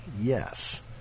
Yes